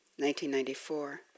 1994